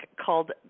called